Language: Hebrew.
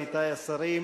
עמיתי השרים,